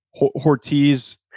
Hortiz